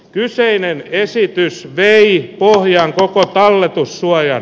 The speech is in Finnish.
kyseinen esitys vei pohjan koko talletussuojan